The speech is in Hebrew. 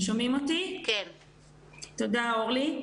תודה, אורלי.